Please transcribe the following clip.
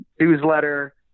newsletter